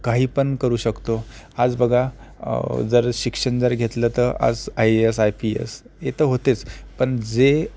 काही पण करू शकतो आज बघा जर शिक्षण जर घेतलं तर आज I A S I P S हे तर होतेच पण जे